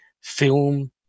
film